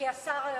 כי השר,